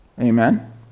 Amen